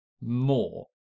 more